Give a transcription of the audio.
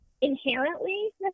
inherently